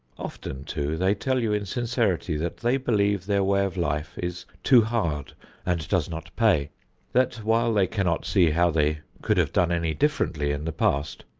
often too they tell you in sincerity that they believe their way of life is too hard and does not pay that while they cannot see how they could have done any differently in the past,